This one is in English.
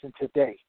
today